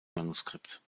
manuskript